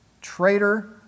traitor